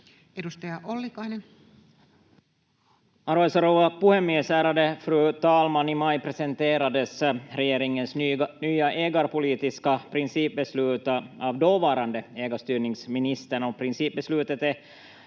Time: 18:35 Content: Arvoisa rouva puhemies, ärade fru talman! I maj presenterades regeringens nya ägarpolitiska principbeslut av dåvarande ägarstyrningsministern. Principbeslutet är